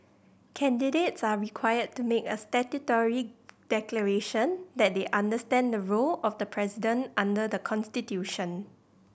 candidates are required to make a statutory declaration that they understand the role of the president under the constitution